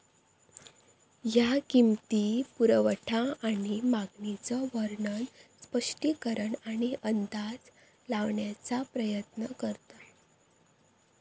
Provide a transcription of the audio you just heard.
ह्या किंमती, पुरवठा आणि मागणीचो वर्णन, स्पष्टीकरण आणि अंदाज लावण्याचा प्रयत्न करता